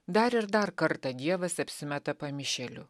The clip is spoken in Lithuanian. dar ir dar kartą dievas apsimeta pamišėliu